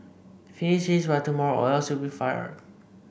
finish this by tomorrow or else you'll be fired